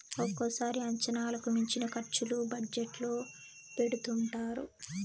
ఒక్కోసారి అంచనాలకు మించిన ఖర్చులు బడ్జెట్ లో పెడుతుంటారు